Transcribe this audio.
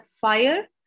fire